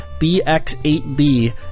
BX8B